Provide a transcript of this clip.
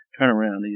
turnaround